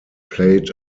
played